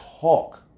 talk